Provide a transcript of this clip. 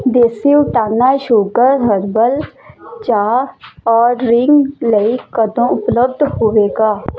ਦੇਸੀ ਊਟਾਨਾ sugar herbal ਚਾਹ ordering ਲਈ ਕਦੋਂ ਉਪਲੱਬਧ ਹੋਵੇਗਾ